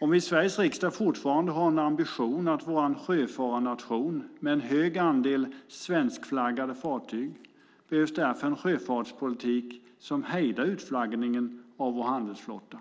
Om vi i Sveriges riksdag fortfarande har en ambition att Sverige ska vara en sjöfararnation med en hög andel svenskflaggade fartyg behövs därför en sjöfartspolitik som hejdar utflaggningen av vår handelsflotta.